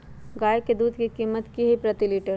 गाय के दूध के कीमत की हई प्रति लिटर?